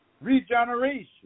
regeneration